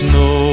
no